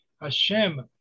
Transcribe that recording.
Hashem